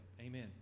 Amen